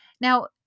Now